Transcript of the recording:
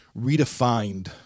redefined